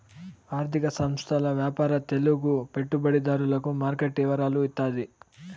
ఆర్థిక సంస్థల వ్యాపార తెలుగు పెట్టుబడిదారులకు మార్కెట్ వివరాలు ఇత్తాది